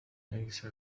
ليس